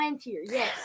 yes